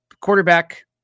quarterback